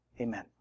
amen